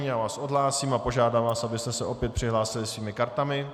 Já vás odhlásím a požádám vás, abyste se opět přihlásili svými kartami.